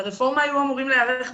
לרפורמה היו אמורים להיערך מראש.